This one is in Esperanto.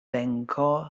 venko